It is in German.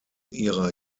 ihrer